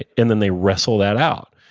and then they wrestle that out.